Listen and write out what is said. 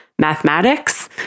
mathematics